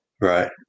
Right